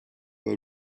were